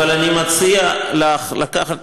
אבל אני מציע לך לקחת,